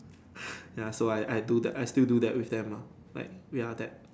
ya so I I do that I still do that with them meh like we are there